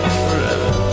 forever